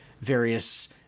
Various